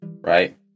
Right